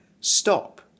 Stop